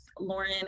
Lauren